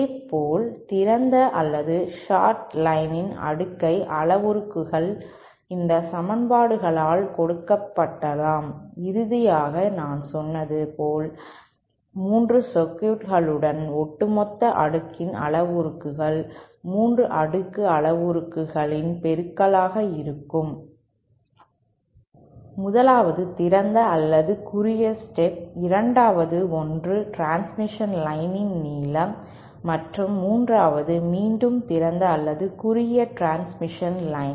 இதேபோல் திறந்த அல்லது ஷார்ட் லைனின் அடுக்கை அளவுருக்கள் இந்த சமன்பாடுகளால் கொடுக்கப்படலாம் இறுதியாக நான் சொன்னது போல் 3 சர்க்யூடிலும் ஒட்டுமொத்த அடுக்கின் அளவுருக்கள் 3 அடுக்கு அளவுருக்கள் இன் பெருக்கங்களாக இருக்கும் 1 வது திறந்த அல்லது குறுகிய ஸ்டப் 2 வது ஒன்று டிரான்ஸ்மிஷன் லைனின் நீளம் மற்றும் 3 வது மீண்டும் திறந்த அல்லது குறுகிய டிரான்ஸ்மிஷன் லைன்